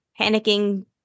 panicking